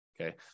okay